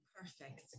Perfect